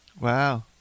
Wow